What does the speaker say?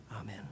Amen